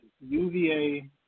UVA